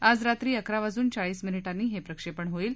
आज रात्री अकरा वाजून चाळीस मिनीटांनी हे प्रक्षेपण होईल